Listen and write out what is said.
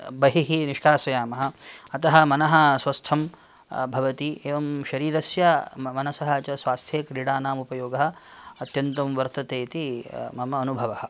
बहिः निष्काष्यामः अतः मनः स्वस्थम् भवति एवं शरीरस्य मनसः च स्वास्थ्ये क्रीडानाम् उपयोगः अत्यन्तं वर्तते इति मम अनुभवः